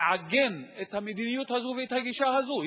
לעגן את המדיניות הזאת ואת הגישה הזאת,